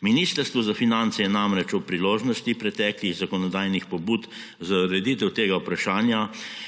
Ministrstvo za finance je namreč ob priložnosti preteklih zakonodajnih pobud za ureditev tega vprašanja